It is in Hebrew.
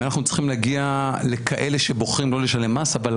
אנחנו צריכים להגיע לכאלה שבוחרים לא לשלם מס, אבל